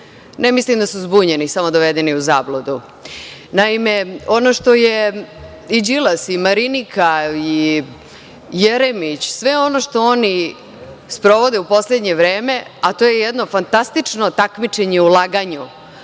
Ne mislim da su zbunjeni, samo dovedeni u zabludu. Naime, ono što je i Đilas, i Marinika Tepić, i Jeremić i sve ono što oni sprovode u poslednje vreme, a to je jedno fantastično takmičenje u laganju.